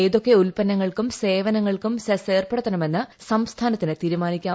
ഏതൊക്കെ ഉൽപ്പന്നങ്ങൾക്കും സേവന ങ്ങൾക്കും സെസ് ഏർപ്പെടുത്തണമെന്ന് സംസ്ഥാനത്തിന് തീരു മാനിക്കാം